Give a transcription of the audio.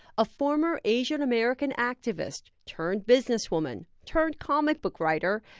a former asian american activist turned businesswoman turned comic book writer,